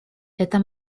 это